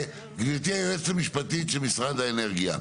גברתי היועצת המשפטית של משרד האנרגיה.